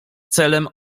celem